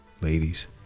Ladies